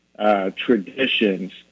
traditions